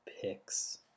picks